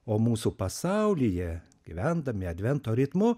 o mūsų pasaulyje gyvendami advento ritmu